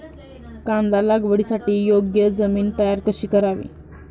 कांदा लागवडीसाठी योग्य जमीन तयार कशी करावी?